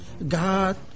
God